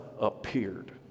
appeared